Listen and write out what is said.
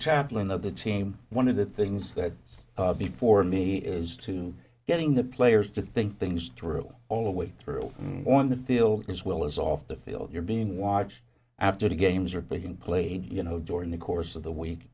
chaplain of the team one of the things that before me is to getting the players to think things through all the way through on the field as well as off the field you're being watched after the games are being played you know during the course of the week